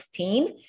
16